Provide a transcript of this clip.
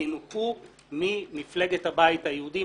ינוכו ממפלגת הבית היהודי,